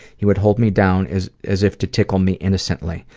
he would hold me down as as if to tickle me innocently,